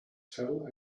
fell